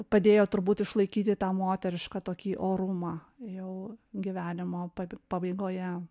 padėjo turbūt išlaikyti tą moterišką tokį orumą jau gyvenimo pabi pabaigoje